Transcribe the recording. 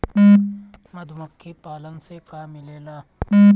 मधुमखी पालन से का मिलेला?